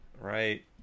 Right